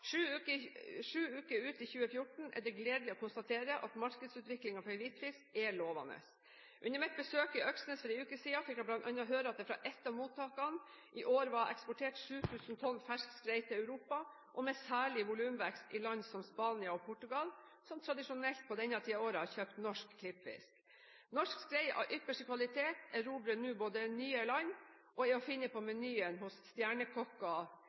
Sju uker ut i 2014 er det gledelig å konstatere at markedsutviklingen for hvitfisk er lovende. Under mitt besøk i Øksnes for en uke siden, fikk jeg bl.a. høre at det fra ett av mottakene i år var eksportert 7 000 tonn fersk skrei til Europa, med særlig volumvekst i land som Spania og Portugal, som tradisjonelt på denne tiden av året har kjøpt norsk klippfisk. Norsk skrei av ypperste kvalitet erobrer nå nye land og er å finne på menyen hos